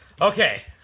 okay